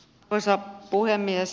arvoisa puhemies